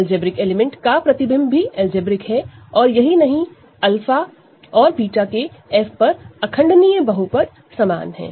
algebraic element algebraic element की image भी algebraic है और यही नहीं 𝛂 और β ओवर F इररेडूसिबल पॉलीनॉमिनल समान है